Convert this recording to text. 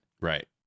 right